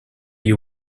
you